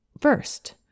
First